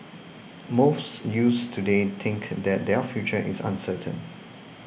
most youths today think that their future is uncertain